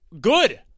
good